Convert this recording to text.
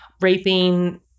raping